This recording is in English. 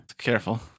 careful